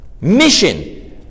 mission